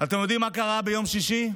אתם יודעים מה קרה ביום שישי?